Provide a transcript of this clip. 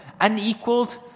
unequaled